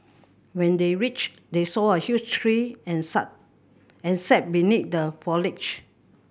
when they reached they saw a huge tree and and sat beneath the foliage